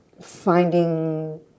finding